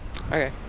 Okay